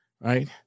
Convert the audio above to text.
right